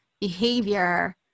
behavior